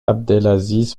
abdelaziz